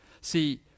See